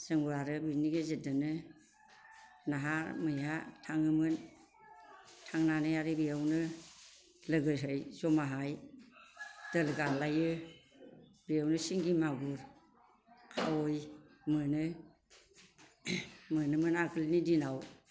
जोंबो आरो बिनि गेजेरजोंनो नाहा मैहा थाङोमोन थांनानै आरो बेयावनो लोगोसे जमाहाय दोल गालायो बेयावनो बेवनो सिंगि मागुर खावै मोनो मोनोमोन आगोलनि दिनाव